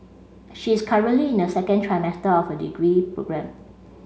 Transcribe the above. she is currently in her second trimester of her degree programme